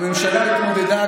הממשלה התמודדה,